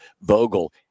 Vogel